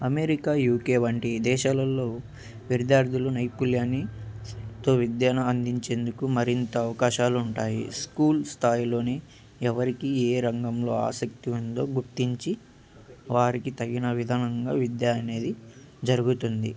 America UK వంటి దేశాలలో విద్యార్థులు నైపుణ్యాన్ని త విద్యను అందించేందుకు మరింత అవకాశాలు ఉంటాయి స్కూల్ స్థాయిలోని ఎవరికీ ఏ రంగంలో ఆసక్తి ఉందో గుర్తించి వారికి తగిన విధనంగా విద్య అనేది జరుగుతుంది